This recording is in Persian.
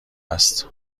است